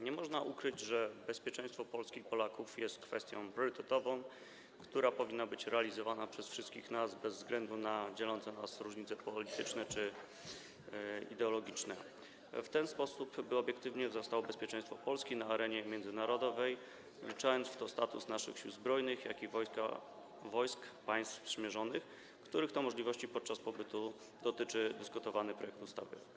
Nie można ukryć, że bezpieczeństwo Polski i Polaków jest kwestią priorytetową, która powinna być realizowana przez wszystkich nas bez względu na dzielące nas różnice polityczne czy ideologiczne w ten sposób, by obiektywnie wzrastało bezpieczeństwo Polski na arenie międzynarodowej, wliczając w to status naszych Sił Zbrojnych, jak również wojsk państw sprzymierzonych, których to możliwości podczas pobytu dotyczy dyskutowany projekt ustawy.